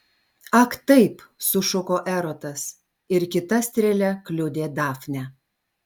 ak taip sušuko erotas ir kita strėle kliudė dafnę